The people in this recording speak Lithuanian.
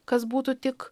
kas būtų tik